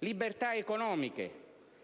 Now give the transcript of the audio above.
libertà economiche